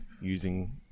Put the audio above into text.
using